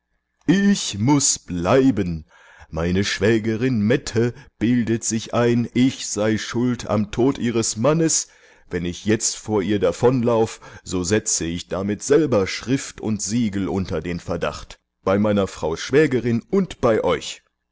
ich muß bleiben meine schwägerin mette bildet sich ein ich sei schuld am tod ihres mannes wenn ich jetzt vor ihr davonlauf so setze ich damit selber schrift und siegel unter den verdacht bei meiner frau schwägerin und bei euch